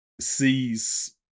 sees